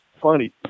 funny